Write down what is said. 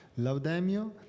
Laudemio